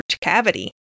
cavity